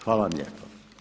Hvala vam lijepo.